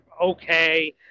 okay